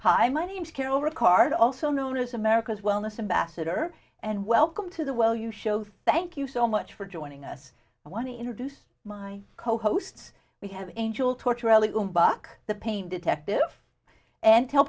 hi my name's carol ricard also known as america's wellness and basset er and welcome to the well you show thank you so much for joining us i want to introduce my co hosts we have enjoyed torturing buck the pain detective and tell